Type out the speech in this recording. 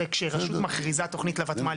סבורים שהתיקון הזה בעייתי מאוד.